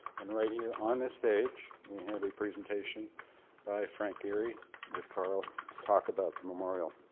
and right here on the stage we had a presentation by frank geary with carl to talk about the memorial.